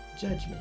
judgment